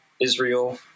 Israel